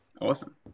Awesome